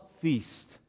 feast